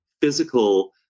physical